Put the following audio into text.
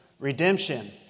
Redemption